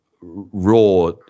raw